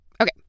Okay